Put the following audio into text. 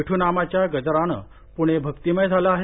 विठ्नामाच्या गजरानं प्णे भक्तिमय झालं आहे